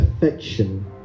perfection